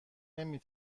نمی